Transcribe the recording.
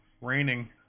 raining